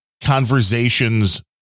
conversations